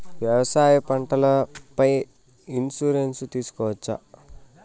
వ్యవసాయ పంటల పై ఇన్సూరెన్సు తీసుకోవచ్చా?